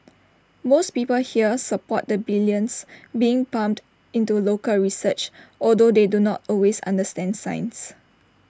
most people here support the billions being pumped into local research although they do not always understand science